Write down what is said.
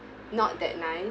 not that nice